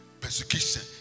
persecution